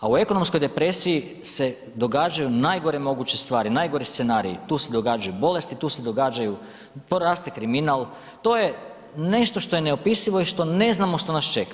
A u ekonomskoj depresiji se događaju najgore moguće stvari, najgori scenariji tu se događaju bolesti, tu se događaju poraste kriminal to je nešto što je neopisivo i što ne znamo što nas čeka.